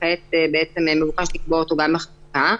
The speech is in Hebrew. וכעת מבוקש לקבוע אותו גם בחקיקה.